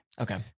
Okay